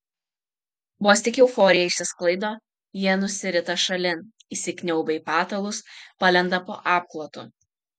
vos tik euforija išsisklaido jie nusirita šalin įsikniaubia į patalus palenda po apklotu